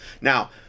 now